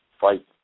fight